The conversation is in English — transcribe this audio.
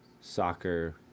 soccer